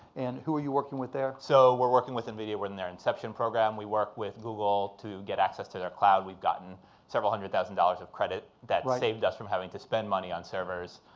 and who are you working with there? so we're working with nvidia, we're in their inception program. we work with google to get access to their cloud. we've gotten several hundred thousand dollars of credit that saved us from having to spend money on servers.